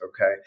Okay